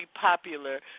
popular